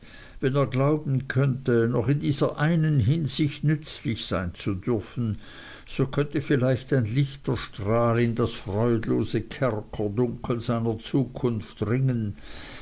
wenn er glauben könnte noch in dieser einen hinsicht nützlich sein zu dürfen so könnte vielleicht ein lichter strahl in das freudlose kerkerdunkel seiner zukunft dringen